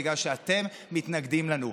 בגלל שאתם מתנגדים לנו.